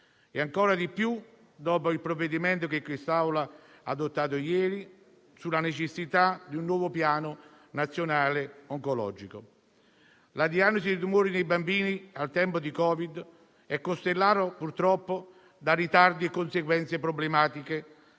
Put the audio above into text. e ancora di più dopo il provvedimento che il Senato ha adottato ieri sulla necessità di un nuovo Piano nazionale oncologico. La diagnosi dei tumori nei bambini al tempo del Covid è costellata purtroppo da ritardi e dalle conseguenze problematiche